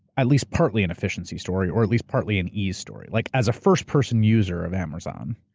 at least partly an efficiency story, or at least partly an ease story. like as a first-person user of amazon,